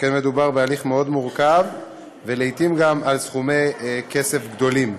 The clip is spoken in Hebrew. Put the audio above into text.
שכן מדובר בהליך מאוד מורכב ולעיתים גם בסכומי כסף גדולים.